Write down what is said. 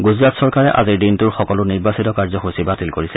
গুজৰাট চৰকাৰে আজিৰ দিনটোৰ সকলো নিৰ্বাচিত কাৰ্যসূচী বাতিল কৰিছে